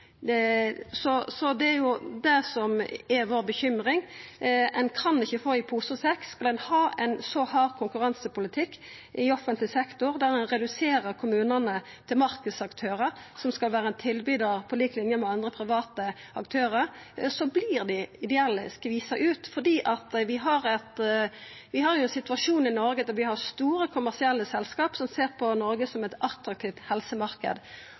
pose og sekk. Skal ein ha ein så hard konkurransepolitikk i offentleg sektor, der ein reduserer kommunane til å verta marknadsaktørar som skal vera tilbydarar på lik linje med andre, private aktørar, vert dei ideelle skvisa ut, for vi har jo ein situasjon i Noreg med store, kommersielle selskap som ser på Noreg som ein attraktiv helsemarknad. Ideelle aktørar tåler ikkje å tape eit